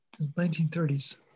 1930s